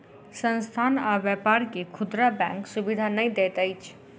संस्थान आ व्यापार के खुदरा बैंक सुविधा नै दैत अछि